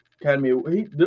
Academy